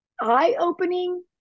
eye-opening